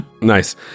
Nice